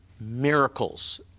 miracles